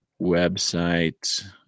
website